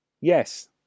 Yes